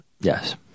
yes